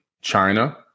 China